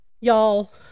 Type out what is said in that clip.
Y'all